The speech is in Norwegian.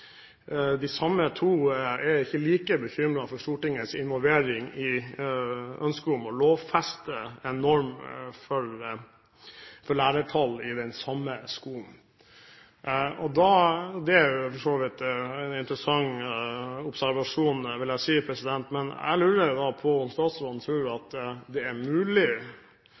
De samme to er ikke like bekymret for Stortingets involvering i ønsket om å lovfeste en norm for lærertall i den samme skolen. Det er for så vidt en interessant observasjon, vil jeg si, men jeg lurer da på om statsråden tror det er mulig